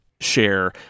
share